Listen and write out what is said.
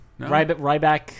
Ryback